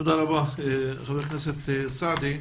תודה רבה, חבר הכנסת סעדי.